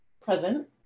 present